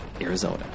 Arizona